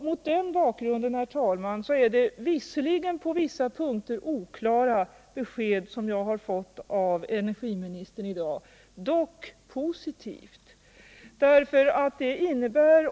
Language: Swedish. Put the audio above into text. Mot denna bakgrund, herr talman, är det svar jag i dag fått från energiministern positivt, trots att det på vissa punkter innehåller oklara besked.